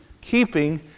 keeping